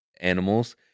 animals